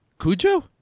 Cujo